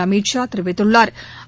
அமித் ஷா தெரிவித்துள்ளாா்